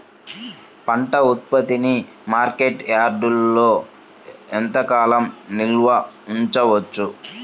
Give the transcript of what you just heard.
పంట ఉత్పత్తిని మార్కెట్ యార్డ్లలో ఎంతకాలం నిల్వ ఉంచవచ్చు?